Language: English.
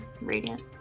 radiant